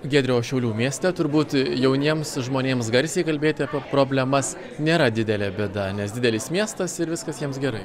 giedriau o šiaulių mieste turbūt jauniems žmonėms garsiai kalbėti apie problemas nėra didelė bėda nes didelis miestas ir viskas jiems gerai